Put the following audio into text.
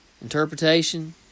interpretation